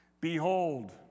Behold